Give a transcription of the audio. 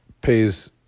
pays